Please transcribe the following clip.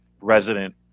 resident